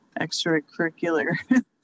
extracurricular